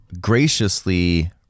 graciously